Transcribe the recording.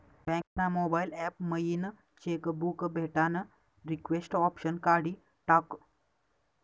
bank ना mobile app मयीन cheque book भेटानं रिक्वेस्ट ऑप्शन काढी टाकं